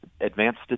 advanced